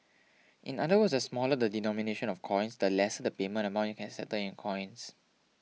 in other words the smaller the denomination of coins the lesser the payment amount you can settle in coins